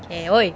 okay !oi!